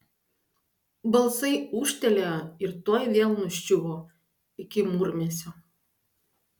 balsai ūžtelėjo ir tuoj vėl nuščiuvo iki murmesio